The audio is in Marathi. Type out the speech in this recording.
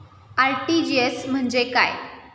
आर.टी.जी.एस म्हणजे काय?